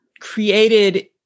created